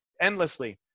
endlessly